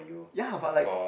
ya but like